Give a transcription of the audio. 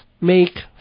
make